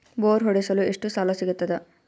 Bore ಹೊಡೆಸಲು ಎಷ್ಟು ಸಾಲ ಸಿಗತದ?